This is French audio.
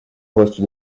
postes